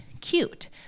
cute